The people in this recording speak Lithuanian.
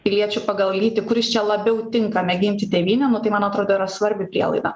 piliečių pagal lytį kuris čia labiau tinkame ginti tėvynę nu tai man atrodo yra svarbi prielaida